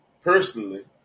Personally